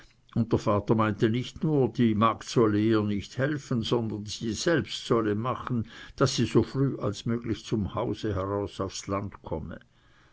und der vater meinte nicht nur die magd solle ihr nicht helfen sondern sie selbst solle machen daß sie so früh als möglich zum hause heraus aufs land komme